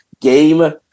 game